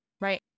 Right